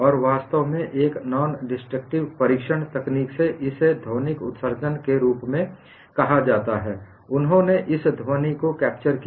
और वास्तव में एक नान डिस्ट्रक्टिव परीक्षण तकनीक में इसे ध्वनिक उत्सर्जन के रूप में कहा जाता है उन्होने इस ध्वनि को कैप्चर किया